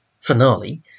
finale